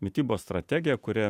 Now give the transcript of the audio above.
mitybos strategiją kuri